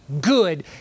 good